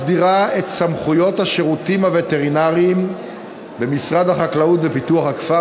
מסדירה את סמכויות השירותים הווטרינריים במשרד החקלאות ופיתוח הכפר,